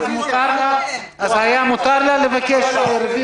והיה עליו כבר רביזיה.